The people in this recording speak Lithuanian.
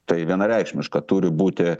tai vienareikšmiška turi būti